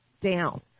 down